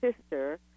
sister